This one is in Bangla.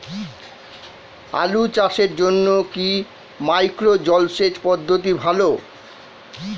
আলু চাষের জন্য কি মাইক্রো জলসেচ পদ্ধতি ভালো?